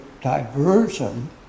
diversion